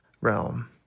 realm